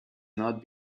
not